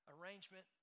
arrangement